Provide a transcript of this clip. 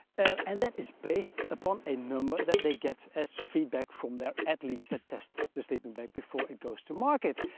and that is based upon a number that they get as feedback from their athletes that test the sleeping bag before it goes to market,